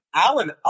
Alan